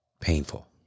Painful